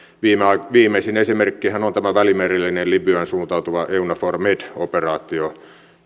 viimeisin viimeisin esimerkkihän on tämä välimerellinen libyaan suuntautuva eunavfor med operaatio